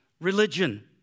religion